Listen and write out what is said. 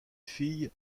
fille